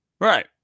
Right